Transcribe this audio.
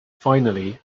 finally